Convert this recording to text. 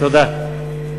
תודה.